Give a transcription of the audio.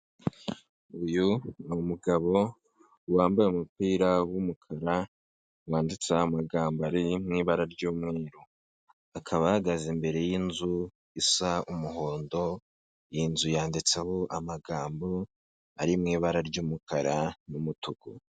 Uyu ni umugabo wambaye umupira w'umukara wanditseho amagambo ari mu ibara ry'umweru akaba ahagaze imbere yinzu isa umuhondo, iyi nzu yanditseho amagambo ari mu ibara ry'umukara n'umutuku.